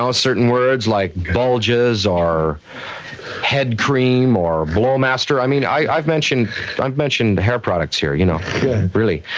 ah certain words like bulges or head cream or blowmaster, i mean, i've mentioned i've mentioned hair products here, you know yeah really.